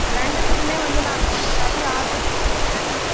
ரெண்டுத்துக்குமே வந்து நாங்கள் வந்து கறி ஆர்ட்ரு கொடுக்கணுங்க